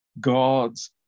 God's